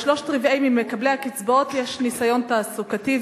לשלושה-רבעים ממקבלי הקצבאות יש ניסיון תעסוקתי,